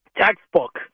Textbook